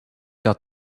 got